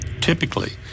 Typically